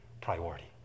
priority